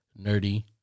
nerdy